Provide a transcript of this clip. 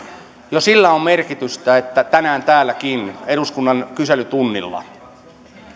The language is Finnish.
jo sillä on merkitystä että tänään täälläkin eduskunnan kyselytunnilla